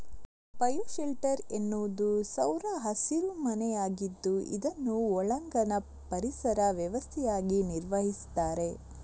bio shelter ಎನ್ನುವುದು ಸೌರ ಹಸಿರು ಮನೆಯಾಗಿದ್ದು ಇದನ್ನು ಒಳಾಂಗಣ ಪರಿಸರ ವ್ಯವಸ್ಥೆಯಾಗಿ ನಿರ್ವಹಿಸ್ತಾರೆ